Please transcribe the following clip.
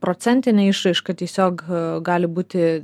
procentine išraiška tiesiog gali būti